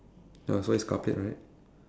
ya so it's car plate right